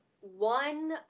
one